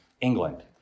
England